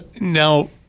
now